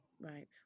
Right